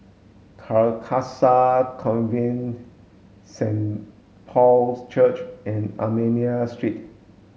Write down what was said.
Carcasa Convent Saint Paul's Church and Armenian Street